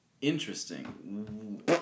interesting